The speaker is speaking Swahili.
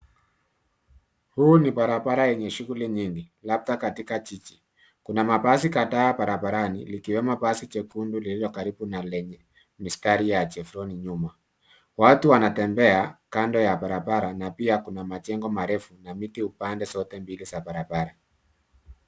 Huu ni barabara yenye shughuli nyingi labda katika jiji. Kuna mabasi kadhaa barabarani likiwemo basi jekundu lililo karibu na lenye mistari ya Chevron nyuma. Watu wanatembea kando ya barabara na pia kuna majengo marefu na miti upande zote mbili za barabara.